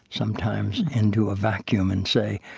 sometimes, into a vacuum and say,